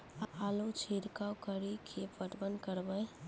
आलू छिरका कड़ी के पटवन करवा?